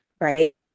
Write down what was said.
right